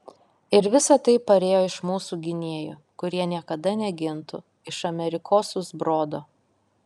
ir visa tai parėjo iš mūsų gynėjų kurie niekada negintų iš amerikosų zbrodo